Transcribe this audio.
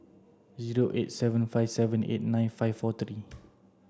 zero eight seven five seven eight nine five four three